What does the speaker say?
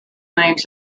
names